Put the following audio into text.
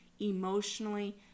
emotionally